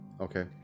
Okay